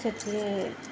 ସେଠି